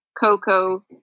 Coco